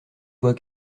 voix